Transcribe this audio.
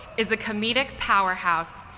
is a comedic power house.